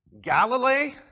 Galilee